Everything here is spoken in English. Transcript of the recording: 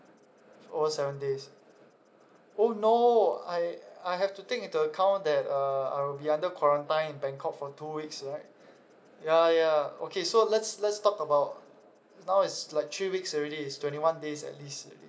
for seven days oh no I I have to take into account that err I will be under quarantine in bangkok for two weeks right ya ya okay so let's let's talk about now it's like three weeks already it's twenty one days at least